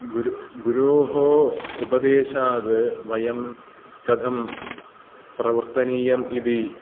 गुरुः गुरोः उपदेशाद् वयं कथं प्रवर्तनीयम् इति